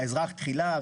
האזרח תחילה,